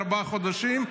בארבעה חודשים,